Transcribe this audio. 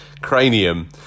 cranium